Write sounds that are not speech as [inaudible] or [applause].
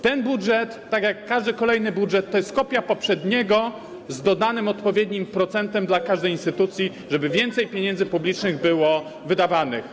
Ten budżet, tak jak każdy kolejny budżet, to jest kopia poprzedniego z dodanym odpowiednim procentem dla każdej instytucji, [noise] żeby więcej pieniędzy publicznych było wydawanych.